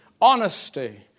honesty